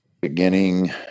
beginning